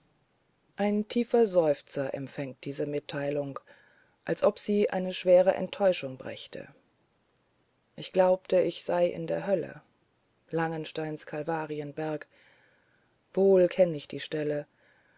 ein tiefer seufzer empfängt diese mitteilung als ob sie eine schwere enttäuschung brächte ich glaubte ich sei in der hölle langensteins kalvarienberg wohl kenn ich die stelle